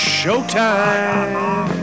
showtime